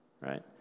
right